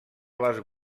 les